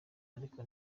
arko